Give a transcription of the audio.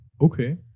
Okay